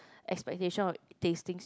expectation of tastings